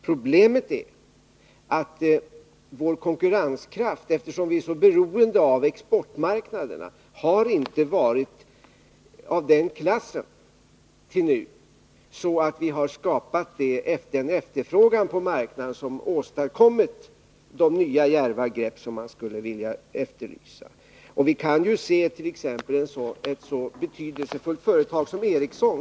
Problemet är att vår konkurrenskraft, eftersom vi är så beroende av exportmarknaderna, hittills inte har varit av den klassen att det skapats en sådan efterfrågan på marknaden som åstadkommer de nya, djärva grepp som man skulle vilja efterlysa. Vi kan t.ex. se på ett så betydelsefullt företag som L M Ericsson.